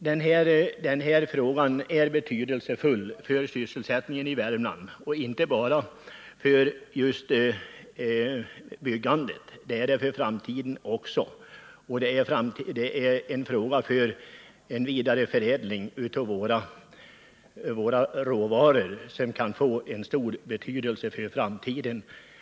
Den här frågan är betydelsefull för sysselsättningen i Värmland — inte bara för just byggandet. Det är också en fråga om vidareförädling av våra råvaror som kan få stor betydelse i framtiden.